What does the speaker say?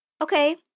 Okay